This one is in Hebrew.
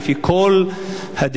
לפי כל הדעות,